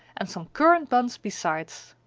and some currant buns besides!